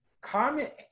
comment